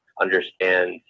understand